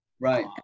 Right